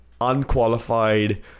unqualified